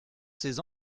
ces